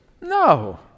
No